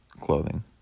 clothing